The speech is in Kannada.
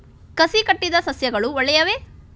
ಕಸಿ ಕಟ್ಟಿದ ಸಸ್ಯಗಳು ಒಳ್ಳೆಯವೇ?